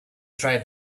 tried